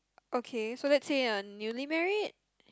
okay so lets say you're newly married